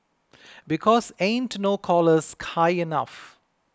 because ain't no collars high enough